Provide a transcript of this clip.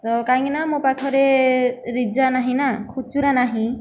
ତ କାହିଁକି ନା ମୋ ପାଖରେ ରେଜା ନାହିଁ ନା ଖୁଚୁରା ନାହିଁ